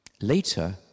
Later